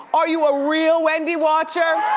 are you a real wendy watcher?